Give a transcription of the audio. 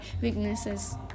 weaknesses